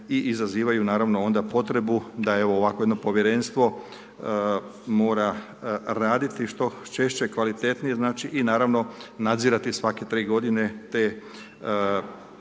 i izazivaju naravno onda potrebu da i ovakvo jedno povjerenstvo mora raditi što češće, kvalitetnije, znači i naravno nadzirati svake 3 g. te bolesnike